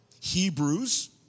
Hebrews